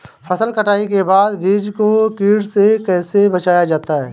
फसल कटाई के बाद बीज को कीट से कैसे बचाया जाता है?